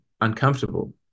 uncomfortable